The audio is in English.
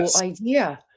idea